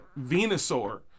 Venusaur